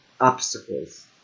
obstacles